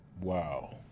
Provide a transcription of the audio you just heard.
Wow